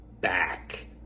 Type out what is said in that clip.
back